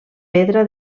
pedra